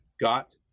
got